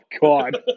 God